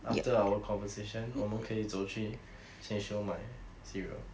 after our conversation 我们可以走去 Sheng Siong 买 cereal